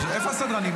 איפה הסדרנים?